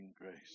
grace